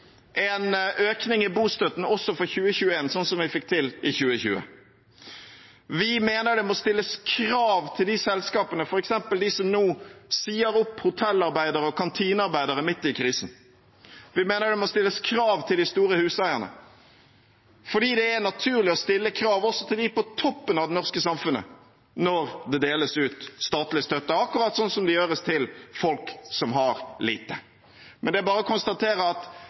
en økning i bostøtten også for 2021, sånn som vi fikk til i 2020. Vi mener det må stilles krav til selskapene, f.eks. de som nå, midt i krisen, sier opp hotellarbeidere og kantinearbeidere, vi mener det må stilles krav til de store huseierne, fordi det er naturlig å stille krav også til de på toppen av det norske samfunnet når det deles ut statlig støtte, akkurat sånn som det gjøres til folk som har lite. Men det er bare å konstatere at